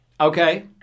Okay